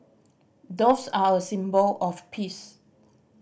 doves are a symbol of peace